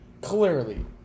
Clearly